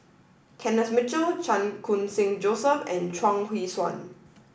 Kenneth Mitchell Chan Khun Sing Joseph and Chuang Hui Tsuan